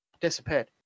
disappeared